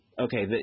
okay